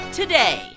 today